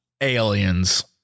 aliens